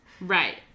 right